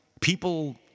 People